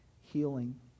healing